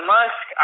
Musk